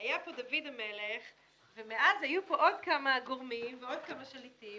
היה כאן דוד המלך ומאז היו כאן עוד כמה גורמים ועוד כמה שליטים.